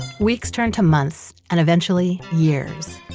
weeks turned to months, and eventually years.